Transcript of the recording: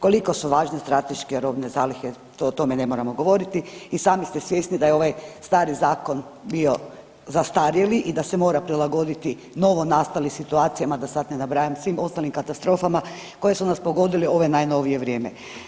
Koliko su važni strateške robne zalihe, to, o tome ne moramo govoriti i sami ste svjesni da je ovaj stari zakon bio zastarjeli i da se mora prilagoditi novonastalim situacijama, da sad ne nabrajam svim ostalim katastrofama koje su nas pogodile u ove najnovije vrijeme.